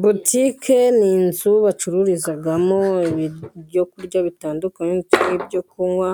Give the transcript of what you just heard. Butike ni inzu bacururizamo ibyo kurya bitandukanye, n'ibyo kunywa,